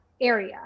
area